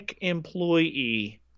employee